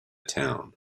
town